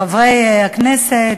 חברי הכנסת,